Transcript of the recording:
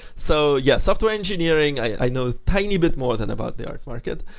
so yeah, software engineering, i know a tiny bit more than about the art market.